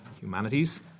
Humanities